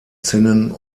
zinnen